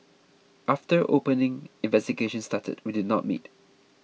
after opening investigations started we did not meet